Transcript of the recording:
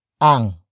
Ang